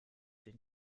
den